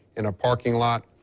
and a parking lot,